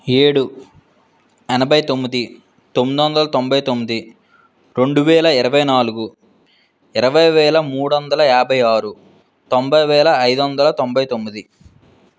ఏడు ఎనభై తొమ్మిది తొమ్మిది వందల తొంభై తొమ్మిది రెండు వేల ఇరవై నాలుగు ఇరవై వేల మూడు వందల యాభై ఆరు తొంభై వేల ఐదు వందల తొంభై తొమ్మిది